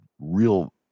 real